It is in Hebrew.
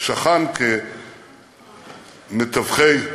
שכן כמטחווי,